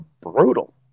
brutal